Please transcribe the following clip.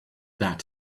that